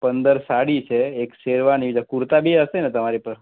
પંદર સાડી છે એક શેરવાની છે કુર્તા બી હશે ને તમારી પાસ